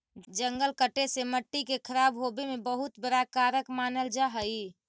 जंगल कटे से मट्टी के खराब होवे में बहुत बड़ा कारक मानल जा हइ